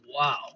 Wow